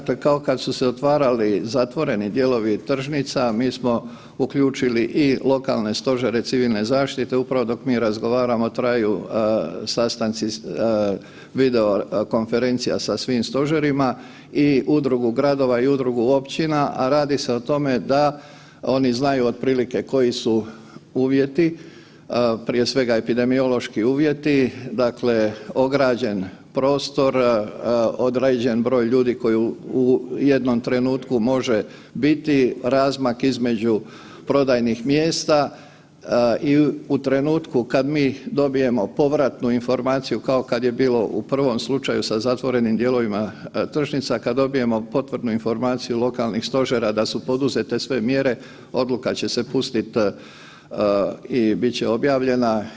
Dakle kao kad su se otvarali zatvoreni dijelovi tržnica, mi smo uključili i lokalne stožere civilne zaštite, upravo dok mi razgovaramo, traju sastanci s video-konferencija sa svim stožerima i udrugu gradova i udrugu općina, a radi se o tome da oni znaju otprilike koji su uvjeti, prije svega epidemiološki uvjeti, dakle ograđen prostor, određen broj ljudi koji u jednom trenutku može biti, razmak između prodajnih mjesta i u trenutku kad mi dobijemo povratnu informaciju kao kad je bilo u prvom slučaju sa zatvorenim dijelovima tržnica kad dobijemo potvrdnu informaciju lokalnih stožera da su poduzete sve mjere odluka će se pustiti i bit će objavljena.